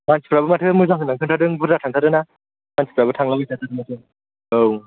मानसिफोराबो माथो मोजां होननानै खिन्थादों बुरजा थांथारोना मानसिफोराबो थांलाबाय थाथारो माथो औ